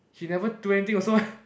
he never do anything also eh